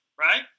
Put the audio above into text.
right